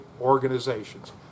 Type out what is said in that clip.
organizations